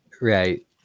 Right